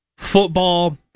Football